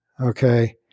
Okay